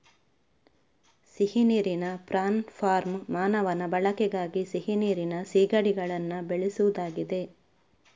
ಸಿಹಿ ನೀರಿನ prawn farm ಮಾನವನ ಬಳಕೆಗಾಗಿ ಸಿಹಿ ನೀರಿನ ಸೀಗಡಿಗಳನ್ನ ಬೆಳೆಸುದಾಗಿದೆ